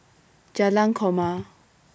Jalan Korma